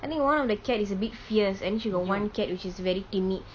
I think one of the cat is a bit fierce then she got one cat which is very timid